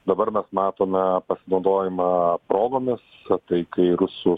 dabar mes matome pasinaudojimą progomis a tai kai rusų